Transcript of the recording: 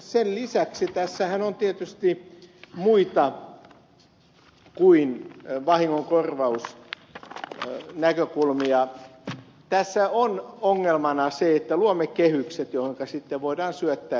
sen lisäksi tässähän on tietysti muita kuin vahingonkorvausnäkökulmia tässä on ongelmana se että luomme kehykset johonka sitten voidaan syöttää niitä